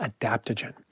adaptogen